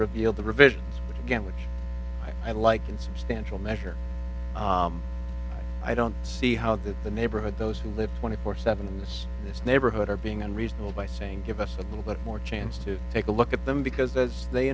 revealed the provision again which i'd like in substantial measure i don't see how that the neighborhood those who live twenty four seventh's in this neighborhood are being unreasonable by saying give us a little bit more chance to take a look at them because they